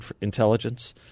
intelligence